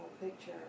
picture